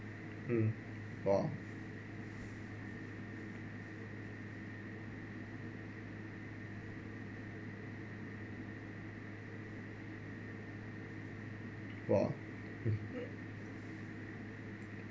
mm !wah! !wow!